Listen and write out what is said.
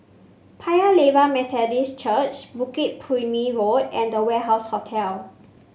Paya Lebar Methodist Church Bukit Purmei Road and The Warehouse Hotel